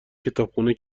کتابخونه